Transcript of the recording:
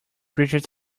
bridge